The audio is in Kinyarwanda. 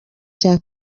cya